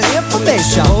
information